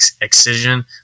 excision